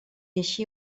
així